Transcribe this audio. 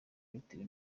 bitewe